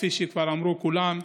כפי שכבר אמרו כולם.